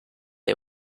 day